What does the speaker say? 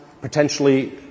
potentially